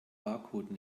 barcode